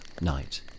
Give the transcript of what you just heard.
night